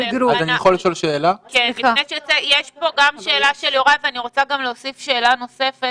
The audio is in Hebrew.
יש שאלה לחבר הכנסת יוראי להב ואני רוצה להוסיף שאלה נוספת.